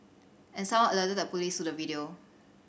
and someone alerted the police to the video